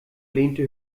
lehnte